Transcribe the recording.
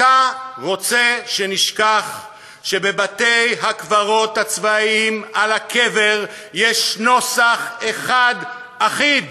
אתה רוצה שנשכח שבבתי-הקברות הצבאיים על הקבר יש נוסח אחד אחיד,